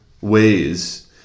ways